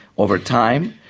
over time,